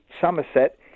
Somerset